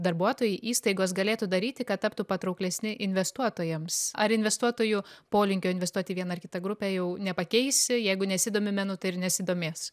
darbuotojai įstaigos galėtų daryti kad taptų patrauklesni investuotojams ar investuotojų polinkio investuoti į vieną ar kitą grupę jau nepakeisi jeigu nesidomi menu tai ir nesidomės